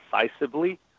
decisively